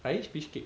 I eat fishcake